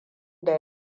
da